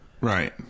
Right